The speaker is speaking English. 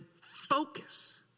focus